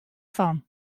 fan